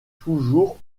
toujours